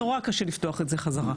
נורא קשה לפתוח את זה חזרה,